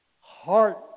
Heart